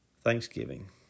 Thanksgiving